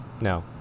No